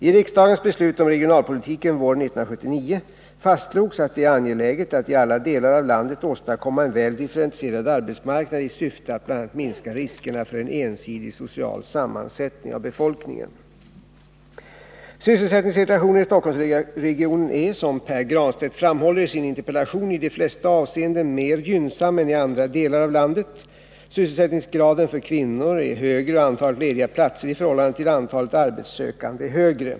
I riksdagens beslut om regionalpolitiken våren 1979 fastslogs att det är angeläget att i alla delar av landet åstadkomma en väl differentierad arbetmarknad i syfte att bl.a. minska riskerna för en ensidig social sammansättning av befolkningen. Sysselsättningssituationen i Stockholmsregionen är, som Pär Granstedt framhåller i sin interpellation, i de flesta avseenden mer gynnsam än i andra delar av landet. Sysselsättningsgraden för kvinnor är högre och antalet lediga platser i förhållande till antalet arbetssökande år högre.